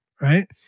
right